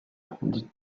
groupes